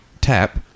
tap